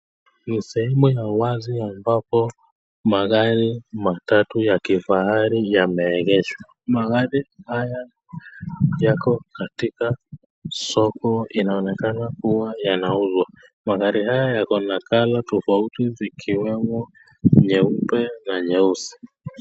Ni sehemu ya wazi ambapo magari matatu ya kifahari yameegeshwa magari haya yako katika soko inaonekana kuwa yanauzwa magari haya yako na colour tofauti zikiwemo nyeupe na nyeusi.